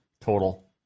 total